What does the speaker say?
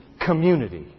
community